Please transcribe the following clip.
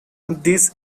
this